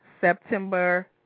September